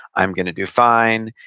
i'm gonna do fine.